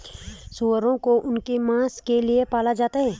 सूअरों को उनके मांस के लिए पाला जाता है